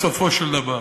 בסופו של דבר.